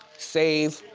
save.